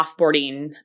offboarding